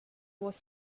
was